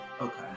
Okay